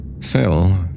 Phil